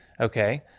okay